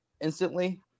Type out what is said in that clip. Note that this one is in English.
instantly